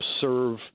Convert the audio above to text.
serve